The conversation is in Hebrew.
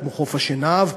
כמו חוף-השנהב,